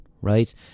right